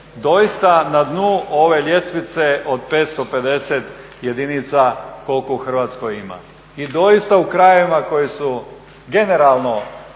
doista na dnu ove ljestvice od 550 jedinica koliko u Hrvatskoj ima i doista u krajevima koji su generalno